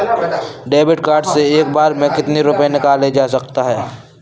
David card से एक बार में कितनी रूपए निकाले जा सकता है?